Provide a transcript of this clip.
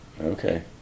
Okay